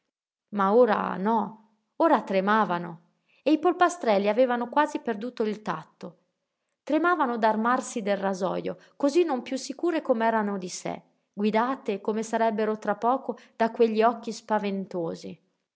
ma ora no ora tremavano e i polpastrelli avevano quasi perduto il tatto tremavano d'armarsi del rasojo cosí non piú sicure com'erano di sé guidate come sarebbero tra poco da quegli occhi spaventosi